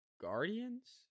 Guardians